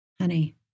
honey